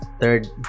Third